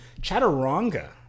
Chaturanga